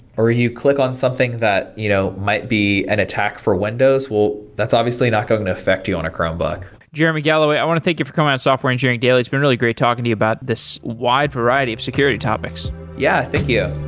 or you click on something that you know might be an attack for windows, well that's obviously not going to affect you on a chromebook jeremy galloway, i want to thank you for coming on software engineering daily. it's been really great talking to you about this wide variety of security topics yeah, thank you